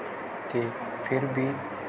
ਅਤੇ ਫਿਰ ਵੀ